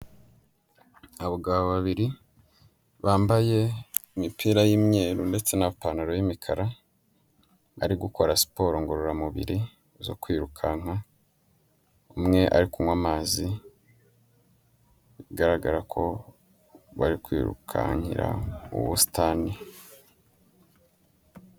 Abagabo babiri bambaye imipira y' imyeru ndetse n'amapantaro y'imikara bari gukora siporo ngororamubiri zo kwirukanka, umwe ari kunywa amazi bigaragara ko bari kwirukankira mu busitani.